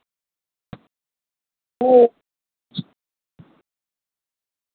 अ